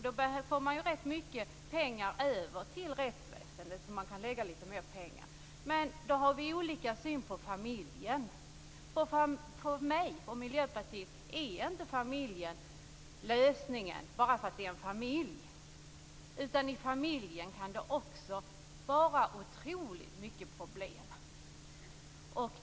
Då får man rätt mycket pengar över till rättsväsendet, som man kan lägga pengar på. Men vi har olika syn på familjen. För mig och Miljöpartiet är inte familjen lösningen, bara därför att det är en familj. I familjen kan det också vara otroligt mycket problem.